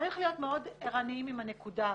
וצריך להיות מאוד ערניים עם הנקודה הזאת,